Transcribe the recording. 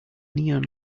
neon